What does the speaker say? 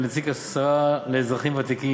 לנציג השרה לאזרחים ותיקים,